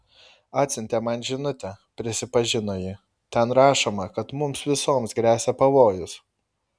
atsiuntė man žinutę prisipažino ji ten rašoma kad mums visoms gresia pavojus